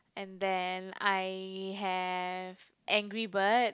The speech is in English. and then I have Angry-Bird